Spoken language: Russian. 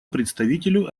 представителю